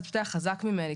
זה פשוט היה חזק ממני,